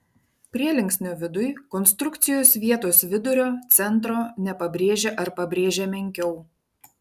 prielinksnio viduj konstrukcijos vietos vidurio centro nepabrėžia ar pabrėžia menkiau